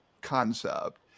concept